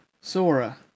Sora